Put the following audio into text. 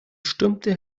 stürmte